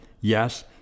Yes